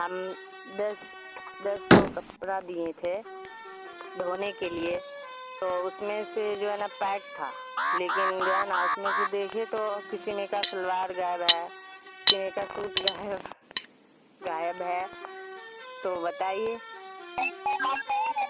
ہم دس دس ٹھو کپڑا دیے تھے دھونے کے لیے تو اس میں سے جو ہے نا پیک تھا لیکن جو ہے نا اس میں سے دیکھے تو کسی میں کا سلوار گائب ہے کسی میں کا سوٹ گائب ہے تو بتائیے